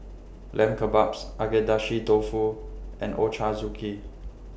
Lamb Kebabs Agedashi Dofu and Ochazuke